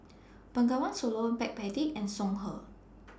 Bengawan Solo Backpedic and Songhe